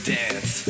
dance